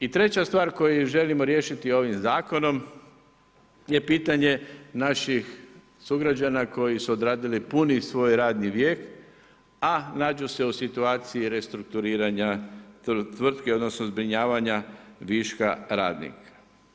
I treća stvar koju želimo riješiti ovim Zakonom je pitanje naših sugrađana koji su odradili puni svoj radni vijek, a nađu se u situaciji restrukturiranja tvrtke odnosno zbrinjavanja viška radnika.